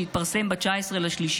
שהתפרסם ב-19 במרץ,